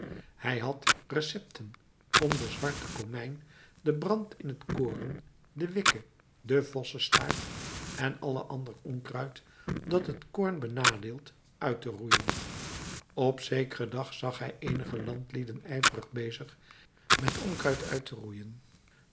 hij had recepten om den zwarten komijn den brand in t koren de wikke den vossestaart en alle ander onkruid dat het koorn benadeelt uit te roeien op zekeren dag zag hij eenige landlieden ijverig bezig met onkruid uit te roeien